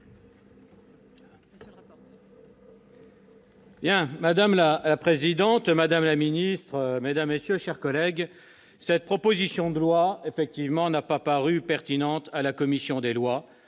Madame la présidente, madame la ministre, mes chers collègues, la présente proposition de loi n'a pas paru pertinente à la commission des lois